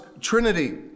trinity